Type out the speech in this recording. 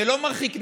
זה לא מרחיק נשים,